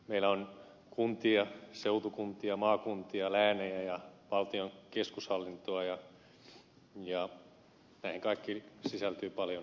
meillä on kuntia seutukuntia maakuntia läänejä ja valtion keskushallintoa ja näihin kaikkiin sisältyy paljon päällekkäisyyttä